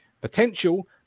potential